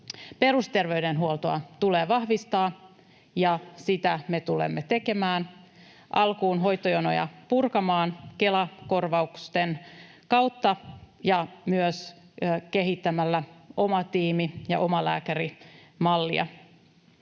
Perusterveydenhuoltoa tulee vahvistaa, ja sitä me tulemme tekemään alkuun hoitojonoja purkamalla Kela-korvausten kautta ja myös kehittämällä omatiimi- ja omalääkärimallia.